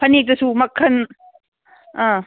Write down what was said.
ꯐꯅꯦꯛꯇꯁꯨ ꯃꯈꯟ ꯑꯥ